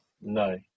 No